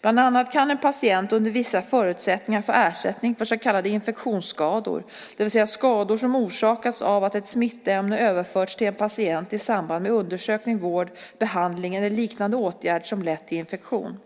Bland annat kan en patient under vissa förutsättningar få ersättning för så kallade infektionsskador, det vill säga skador som orsakats av att ett smittämne överförts till en patient i samband med undersökning, vård, behandling eller liknande åtgärd som lett till infektion.